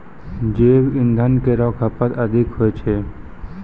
जैव इंधन केरो खपत अधिक होय छै